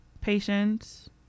patience